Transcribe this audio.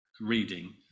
reading